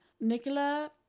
Nicola